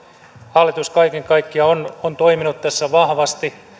hallitus kaiken kaikkiaan on on toiminut tässä vahvasti